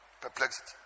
Perplexity